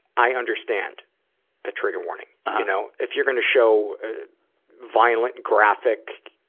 i understand a trigger warning, you know. if you're gonna show violent, graphic,